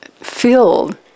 filled